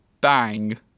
Bang